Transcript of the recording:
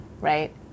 Right